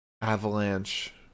avalanche